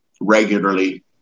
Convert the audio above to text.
regularly